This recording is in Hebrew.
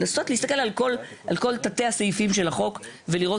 להסתכל שוב על כל תתי הסעיפים של החוק ולראות